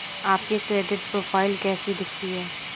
आपकी credit profile कैसी दिखती है?